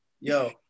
yo